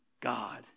God